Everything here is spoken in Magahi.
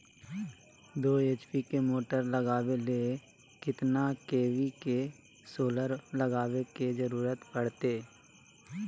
दो एच.पी के मोटर चलावे ले कितना के.वी के सोलर लगावे के जरूरत पड़ते?